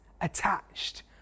attached